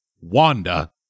Wanda